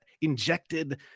injected